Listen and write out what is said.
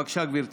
בבקשה, גברתי.